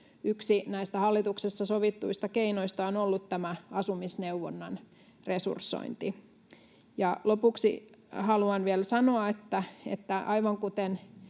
yksi näistä hallituksessa sovituista keinoista on ollut tämä asumisneuvonnan resursointi. Ja lopuksi haluan vielä sanoa, että aivan kuten